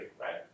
right